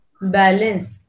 balance